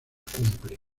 cumple